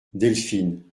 delphine